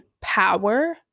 power